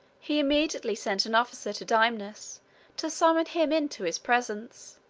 he immediately sent an officer to dymnus to summon him into his presence.